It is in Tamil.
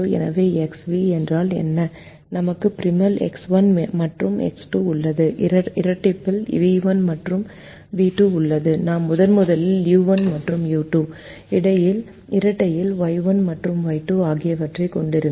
எனவே Xv என்றால் என்ன நமக்கு ப்ரிமலில் X1 மற்றும் X2 உள்ளது இரட்டிப்பில் v1 மற்றும் v2 உள்ளன நாம் முதன்முதலில் u1 மற்றும் u2 இரட்டையில் Y1 மற்றும் Y2 ஆகியவற்றைக் கொண்டிருங்கள்